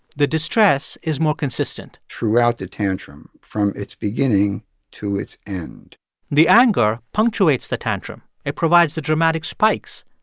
the distress is more consistent throughout the tantrum, from its beginning to its end the anger punctuates the tantrum. it provides the dramatic spikes,